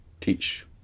teach